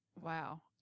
Wow